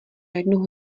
jednu